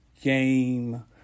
game